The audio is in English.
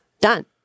Done